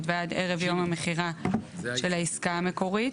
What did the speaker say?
ועד ערב יום המכירה של העסקה המקורית,